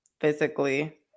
physically